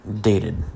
dated